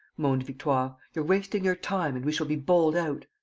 moaned victoire. you're wasting your time and we shall be bowled out.